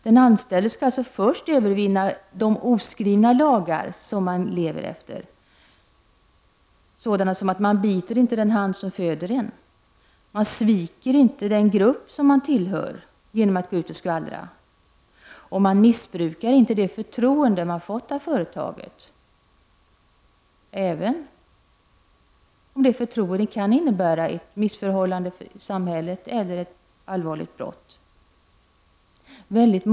Den anställde skall först övervinna de oskrivna lagar som man lever efter. Det gäller sådant som att ”man inte biter den hand som föder en”, ”man sviker inte den grupp som man tillhör genom att gå ut och skvallra” och ”man missbrukar inte det förtroende man har fått av företaget”, även om förtroendet kan innebära ett missförhållande i samhället eller ett allvarligt brott.